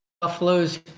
Buffalo's